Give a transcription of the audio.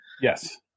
Yes